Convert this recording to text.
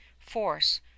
force